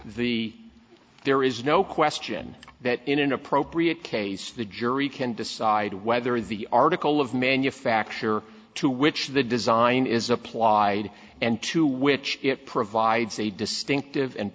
the there is no question that in an appropriate case the jury can decide whether the article of manufacture to which the design is applied and to which it provides a distinctive and